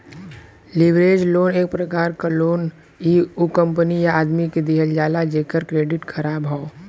leverage loan एक प्रकार क लोन इ उ कंपनी या आदमी के दिहल जाला जेकर क्रेडिट ख़राब हौ